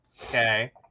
Okay